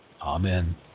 Amen